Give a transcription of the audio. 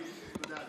תודה.